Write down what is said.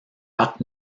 parc